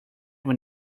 when